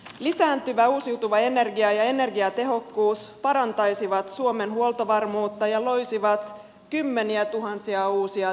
lisääntyvä uusiutuva energia ja energiatehokkuus parantaisivat suomen huoltovarmuutta ja loisivat kymmeniätuhansia uusia työpaikkoja